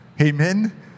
Amen